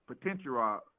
potential